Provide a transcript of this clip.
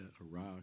Iraq